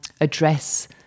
address